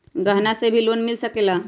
गहना से भी लोने मिल सकेला?